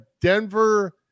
Denver